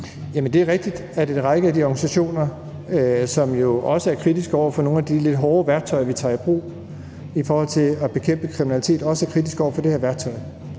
det er rigtigt, at en række af de organisationer, som jo også er kritiske over for nogle af de lidt hårde værktøjer, vi tager i brug i forhold til at bekæmpe kriminalitet, også er kritiske over for det her værktøj.